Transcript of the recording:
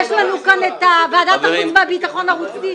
יש לנו כאן את ועדת החוץ והביטחון הרוסית,